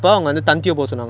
tan teo